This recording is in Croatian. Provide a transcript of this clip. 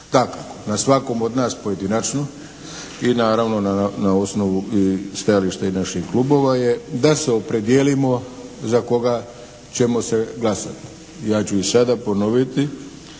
Dakako na svakom od nas pojedinačno i naravno na osnovu i stajališta i naših klubova je da se opredjelimo za koga ćemo se glasati. Ja ću i sada ponoviti